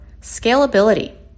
scalability